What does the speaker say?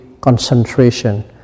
concentration